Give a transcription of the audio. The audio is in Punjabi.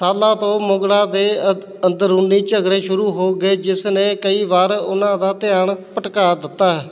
ਸਾਲਾਂ ਤੋਂ ਮੁਗਲਾਂ ਦੇ ਅ ਅੰਦਰੂਨੀ ਝਗੜੇ ਸ਼ੁਰੂ ਹੋ ਗਏ ਜਿਸ ਨੇ ਕਈ ਵਾਰ ਉਨ੍ਹਾਂ ਦਾ ਧਿਆਨ ਭਟਕਾ ਦਿੱਤਾ